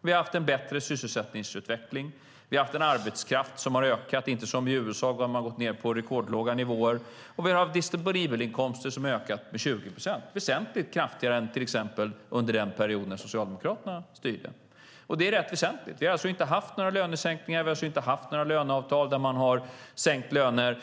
Vi har haft en bättre sysselsättningsutveckling. Vi har haft en arbetskraft som har ökat, inte som i USA där man har gått ned på rekordlåga nivåer. Vi har disponibelinkomster som har ökat med 20 procent - väsentligt kraftigare än till exempel under den period när Socialdemokraterna styrde. Det är rätt väsentligt. Vi har alltså inte haft några lönesänkningar. Vi har alltså inte haft några löneavtal där man har sänkt löner.